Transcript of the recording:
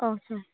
औ सार